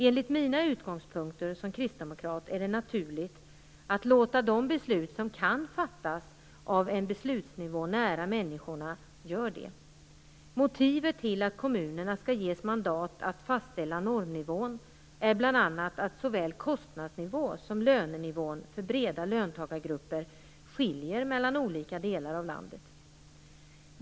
Enligt mina utgångspunkter som kristdemokrat är det naturligt att låta de beslut som kan fattas på en beslutsnivå nära människorna fattas där. Motivet till att kommunerna skall ges mandat att fastställa normnivån är bl.a. att såväl kostnadsnivå som lönenivån för breda löntagargrupper skiljer sig mellan olika delar av landet.